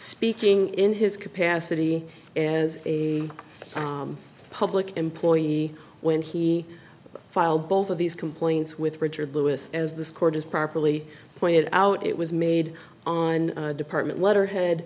speaking in his capacity as a public employee when he filed both of these complaints with richard lewis as this court has properly pointed out it was made on department letterhead